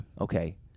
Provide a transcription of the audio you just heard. Okay